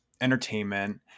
entertainment